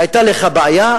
היתה לך בעיה,